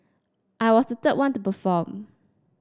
I was the third one to perform